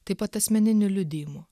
taip pat asmeniniu liudijimu